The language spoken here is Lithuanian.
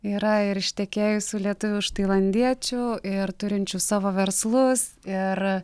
yra ir ištekėjusių lietuvių už tailandiečių ir turinčių savo verslus ir